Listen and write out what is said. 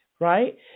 right